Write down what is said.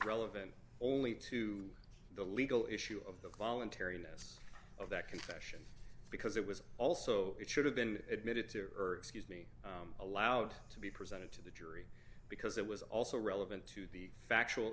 relevant only to the legal issue of the voluntariness of that confession because it was also it should have been admitted to earth scuse me allowed to be presented to the jury because it was also relevant to the factual